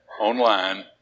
online